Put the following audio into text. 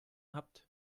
habt